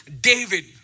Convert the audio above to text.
David